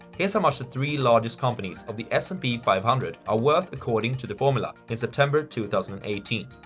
here's how much the three largest companies of the s and p five hundred are worth according to the formula in september two thousand and eighteen